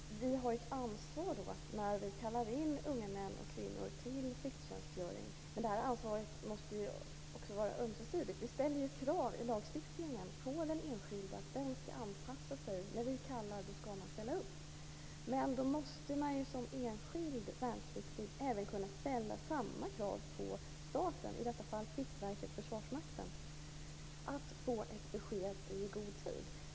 Fru talman! Vi har ett ansvar när vi kallar in unga män och kvinnor till plikttjänstgöring. Ansvaret måste vara ömsesidigt. Vi ställer krav i lagstiftningen på att den enskilde skall anpassa sig. När vi kallar skall man ställa upp. Men då måste man som enskild värnpliktig kunna ställa samma krav på staten, i detta fall Pliktverket och Försvarsmakten, att få ett besked i god tid.